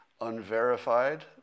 unverified